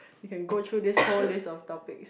you can go through this whole list of topics